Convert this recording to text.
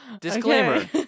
Disclaimer